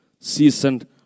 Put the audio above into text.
seasoned